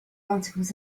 articles